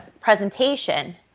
presentation